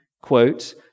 quote